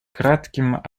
кратким